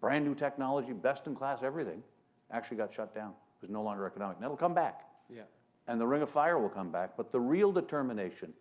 brand new technology, best-in-class everything actually got shut down. there's no longer economic and it'll come back yeah and the ring of fire will come back, but the real determination